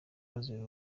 bazira